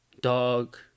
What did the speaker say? dog